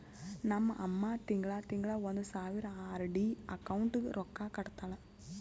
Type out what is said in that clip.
ನಮ್ ಅಮ್ಮಾ ತಿಂಗಳಾ ತಿಂಗಳಾ ಒಂದ್ ಸಾವಿರ ಆರ್.ಡಿ ಅಕೌಂಟ್ಗ್ ರೊಕ್ಕಾ ಕಟ್ಟತಾಳ